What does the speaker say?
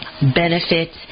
benefits